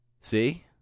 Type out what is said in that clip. See